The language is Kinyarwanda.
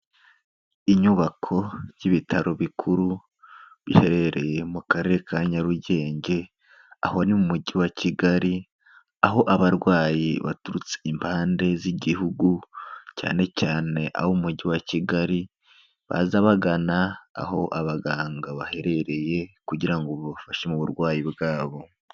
Inyubako y'ibitaro bikuru biherereye mu karere ka Nyarugenge, aho ni mu mujyi wa Kigali, aho abarwayi baturutse impande z'Igihugu, cyane cyane ab'umujyi wa Kigali, baza bagana aho abaganga baherereye kugira ngo babafashe mu burwayi bwabo.